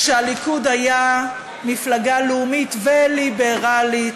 כשהליכוד היה מפלגה לאומית וליברלית.